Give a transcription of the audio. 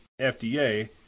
FDA